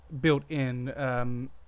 built-in